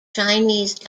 chinese